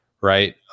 right